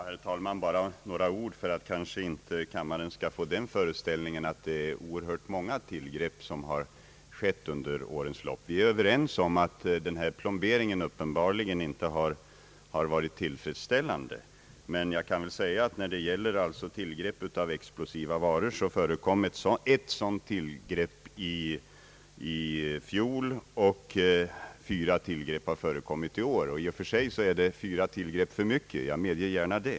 Herr talman! Jag vill säga några ord för att kammaren inte skall få den föreställningen att oerhört många sådana här tillgrepp har skett under årens lopp. Vi är överens om att plomberingen uppenbarligen inte har varit tillfredsställande. Men jag vill framhålla när det gäller tillgrepp av explosiva varor att det i fjol förekom ett sådant tillgrepp, medan fyra tillgrepp har förekommit i år. I och för sig är det fyra tillgrepp för mycket. Jag medger gärna det.